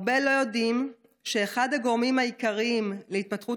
הרבה לא יודעים שאחד הגורמים העיקריים להתפתחות